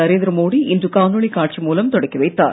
நரேந்திரமோடி இன்று காணொளி காட்சி மூலம் தொடக்கி வைத்தார்